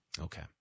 Okay